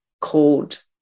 called